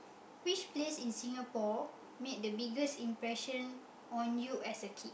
which place in Singapore made the biggest impression on you as a kid